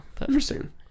Interesting